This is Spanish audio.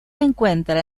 encuentra